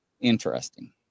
interesting